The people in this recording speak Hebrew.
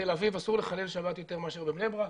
ובתל אביב אסור לחלל שבת יותר מאשר בבני ברק.